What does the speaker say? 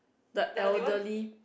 the elderly